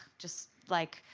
just like.